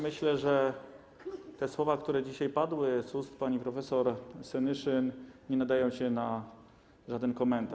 Myślę, że te słowa, które dzisiaj padły z ust pani prof. Senyszyn, nie nadają się na żaden komentarz.